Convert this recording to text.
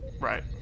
Right